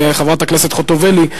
חברת הכנסת חוטובלי,